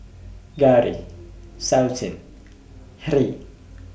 Gauri Sachin Hri